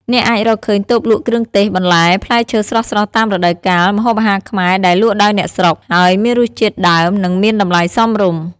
អ្នកអាចរកឃើញតូបលក់គ្រឿងទេស បន្លែ ផ្លែឈើស្រស់ៗតាមរដូវកាល ម្ហូបអាហារខ្មែរដែលលក់ដោយអ្នកស្រុក ហើយមានរសជាតិដើម និងមានតម្លៃសមរម្យ។